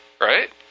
Right